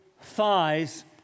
thighs